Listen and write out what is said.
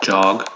Jog